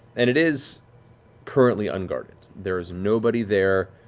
and it is currently unguarded, there is nobody there,